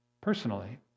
personally